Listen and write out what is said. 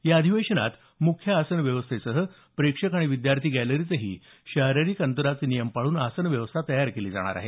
या अधिवेशनात मुख्य आसन व्यवस्थेसह प्रेक्षक आणि विद्यार्थी गॅलरीतही शारीरिक अंतराचं नियम पाळून आसन व्यवस्था तयार केली जाणार आहे